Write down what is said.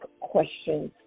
questions